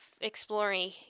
exploring